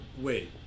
wait